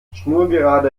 schnurgerade